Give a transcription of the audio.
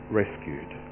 rescued